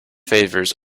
favours